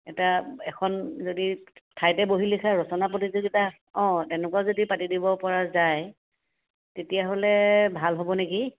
এটা এখন যদি ঠাইতে বহি লিখা ৰচনা প্ৰতিযোগিতা অঁ এনেকুৱা যদি পাতি দিবপৰা যায় তেতিয়া হ'লে ভাল হ'ব নেকি